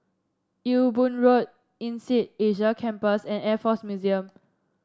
Ewe Boon Road INSEAD Asia Campus and Air Force Museum